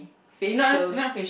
facial